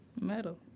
metal